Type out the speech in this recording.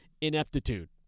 ineptitude